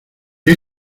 qué